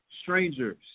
strangers